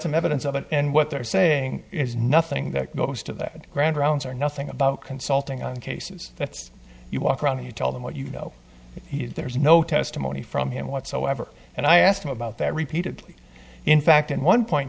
some evidence of it and what they're saying is nothing that goes to that grand rounds or nothing about consulting on cases that's you walk around and you tell them what you know there's no testimony from him whatsoever and i asked him about that repeatedly in fact at one point